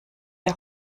der